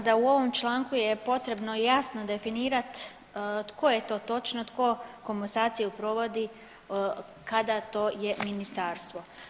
Smatramo da u ovom članku je potrebno jasno definirati tko je to točno, tko komasaciju provodi, kada to je ministarstvo.